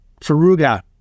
Faruga